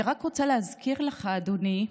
אני רק רוצה להזכיר לך, אדוני,